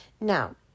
now